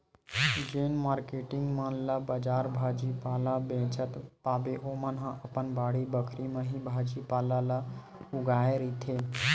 जेन मारकेटिंग मन ला बजार भाजी पाला बेंचत पाबे ओमन ह अपन बाड़ी बखरी म ही भाजी पाला ल उगाए रहिथे